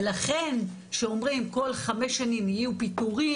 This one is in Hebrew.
ולכן כשאומרים כל חמש שנים יהיו פיטורים.